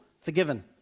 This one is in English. forgiven